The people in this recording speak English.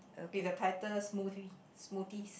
with the title smoothie smoothies